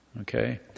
okay